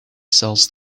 sells